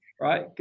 right